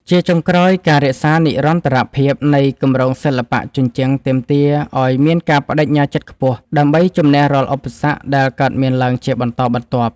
ជាចុងក្រោយ ការរក្សានិរន្តរភាពនៃគម្រោងសិល្បៈជញ្ជាំងទាមទារឱ្យមានការប្ដេជ្ញាចិត្តខ្ពស់ ដើម្បីជម្នះរាល់ឧបសគ្គដែលកើតមានឡើងជាបន្តបន្ទាប់។